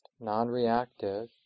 non-reactive